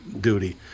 duty